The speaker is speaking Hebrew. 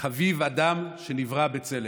"חביב אדם שנברא בצלם".